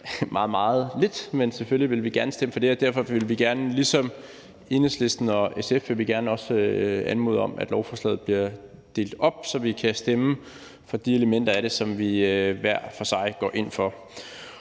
meget, meget lidt, men selvfølgelig vil vi gerne stemme for det, og derfor vil vi ligesom Enhedslisten og SF også gerne anmode om, at lovforslaget bliver delt op, så vi kan stemme for de elementer af det, som vi hver for sig går ind for.